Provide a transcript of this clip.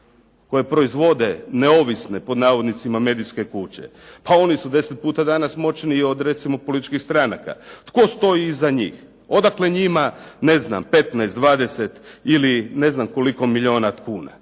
koji proizvode "neovisne medijske kuće". Pa oni su deset puta danas moćniji od recimo političkih stranaka. Tko stoji iza njih? Odakle njima ne znam 15, 20 ili ne znam koliko milijuna kuna.